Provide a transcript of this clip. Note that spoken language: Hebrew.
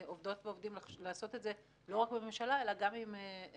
עובדות ועובדים לעשות את זה לא רק בממשלה אלא כל מיני